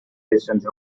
distance